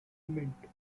mint